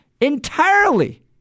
entirely